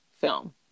film